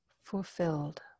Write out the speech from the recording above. fulfilled